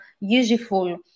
useful